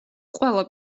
ყველა